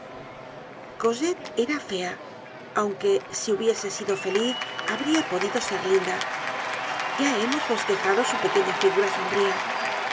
cosette era fea aunque si hubiese sido feliz habría podido ser linda ya hemos bosquejado su pequeña figura sombría